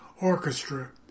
Orchestra